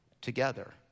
together